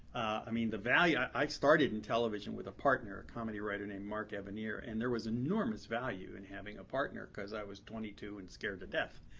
i mean, the value i started in television with a partner, a comedy writer named mark evanier, and there was enormous value in having a partner, because i was two and scared to death.